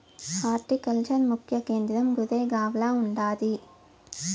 horticulture ముఖ్య కేంద్రం గురేగావ్ల ఉండాది